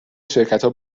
شرکتا